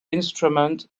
instrument